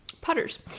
putters